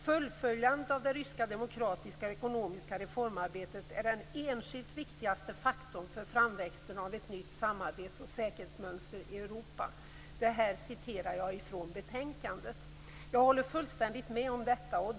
Fullföljandet av det ryska demokratiska och ekonomiska reformarbetet är den enskilt viktigaste faktorn för framväxten av att nytt samarbets och säkerhetsmönster i Europa." Jag håller fullständigt med om detta.